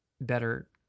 Better